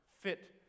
fit